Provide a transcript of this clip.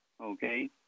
okay